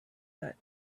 that